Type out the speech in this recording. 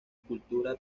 cultura